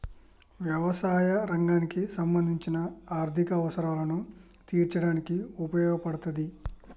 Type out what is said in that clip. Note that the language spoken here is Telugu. యవసాయ రంగానికి సంబంధించిన ఆర్ధిక అవసరాలను తీర్చడానికి ఉపయోగపడతాది